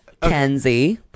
Kenzie